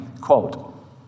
quote